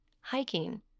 hiking